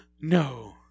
No